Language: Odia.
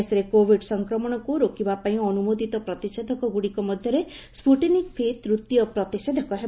ଦେଶରେ କୋବିଡ୍ ସଂକ୍ରମଣକୁ ରୋକିବା ପାଇଁ ଅନୁମୋଦିତ ପ୍ରତିଷେଧକଗୁଡିକ ମଧ୍ୟରେ ସ୍କୁଟନିକ୍ ଭି ତୂତୀୟ ପ୍ରତିଷେଧକ ହେବ